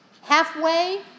half-way